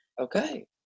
Okay